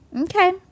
Okay